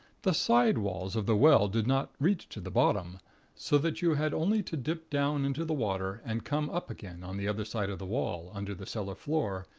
the side walls of the well did not reach to the bottom so that you had only to dip down into the water, and come up again on the other side of the wall, under the cellar floor,